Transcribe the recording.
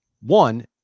one